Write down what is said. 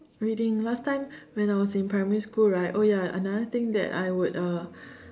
reading last time when I was in primary school right oh ya another thing that I would uh